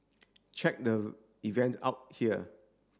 check the event out here